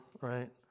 right